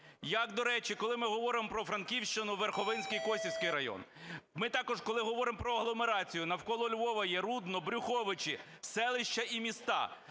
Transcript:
Як, до речі, коли ми говоримо про Франківщину, Верховинський і Косовський райони. Ми також, коли говоримо про агломерацію, навколо Львова є Рудне, Брюховичі, селища і міста.